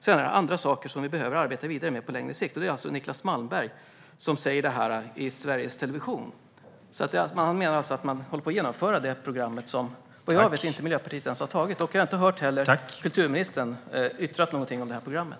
Sedan är det andra saker som vi behöver arbeta vidare med på längre sikt. Det är Niclas Malmberg som säger det i Sveriges Television. Han menar att man håller på att genomföra det program som vad jag vet Miljöpartiet inte ens har antagit. Jag har inte heller hört kulturministern yttra någonting om programmet.